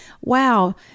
wow